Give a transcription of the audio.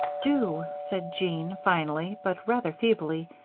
do, said jean, finally, but rather feebly,